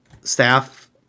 staff